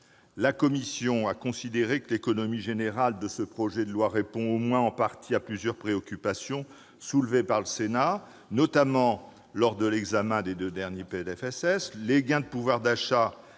la commission a considéré que l'économie générale de ce projet de loi répond, au moins en partie, à plusieurs préoccupations soulevées par le Sénat, notamment lors de l'examen des deux derniers